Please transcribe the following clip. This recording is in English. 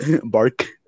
Bark